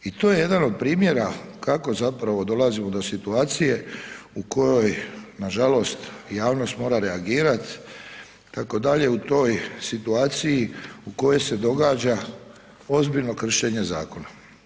I to je jedan od primjera kako zapravo dolazimo do situacije u kojoj nažalost javnost mora reagirat itd. u toj situaciji u kojoj se događa ozbiljno kršenje zakona.